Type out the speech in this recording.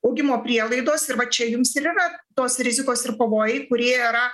augimo prielaidos ir va čia jums ir yra tos rizikos ir pavojai kurie yra